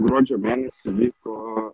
gruodžio mėnesį vyko